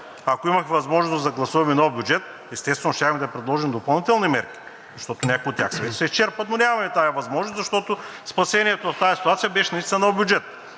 Ако имахме възможност да гласуваме нов бюджет, естествено, щяхме да предложим допълнителните мерки, защото някои от тях се изчерпват, но нямаме тази възможност, защото спасението в тази ситуация беше наистина нов бюджет.